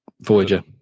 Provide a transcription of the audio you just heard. voyager